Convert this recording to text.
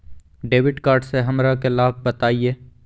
Debit card से हमरा के लाभ बताइए?